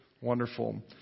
Wonderful